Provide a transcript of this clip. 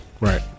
right